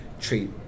treat